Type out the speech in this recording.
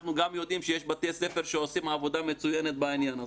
אנחנו גם יודעים שיש בתי ספר שעושים עבודה מצוינת בעניין הזה.